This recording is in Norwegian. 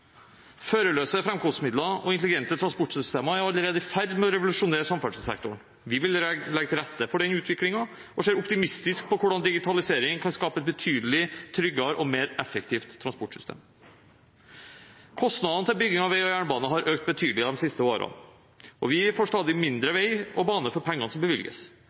Førerløse framkomstmidler og intelligente transportsystemer er allerede i ferd med å revolusjonere samferdselssektoren. Vi vil legge til rette for denne utviklingen og ser optimistisk på hvordan digitalisering kan skape et betydelig tryggere og mer effektivt transportsystem. Kostnadene til bygging av vei og jernbane har økt betydelig de siste årene, og vi får stadig mindre vei og bane for pengene som bevilges.